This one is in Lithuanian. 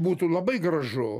būtų labai gražu